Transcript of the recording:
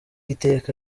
iteka